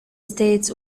states